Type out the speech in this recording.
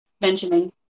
mentioning